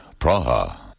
Praha